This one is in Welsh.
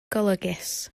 golygus